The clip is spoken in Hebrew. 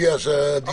להתייחס כפתיח